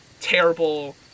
terrible